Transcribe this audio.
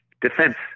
defense